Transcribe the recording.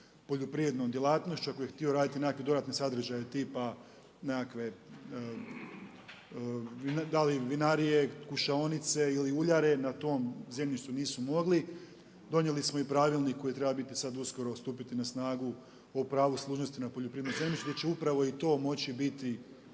poljoprivrednom djelatnošću. Ako je htio raditi nekakve dodatne sadržaje tipa nekakve da li vinarije, kušaonice ili uljare na tom zemljištu nisu mogli. Donijeli smo i pravilnik koji treba biti, stupiti na snagu o pravu služnosti na poljoprivrednom zemljištu gdje će upravo i to moći biti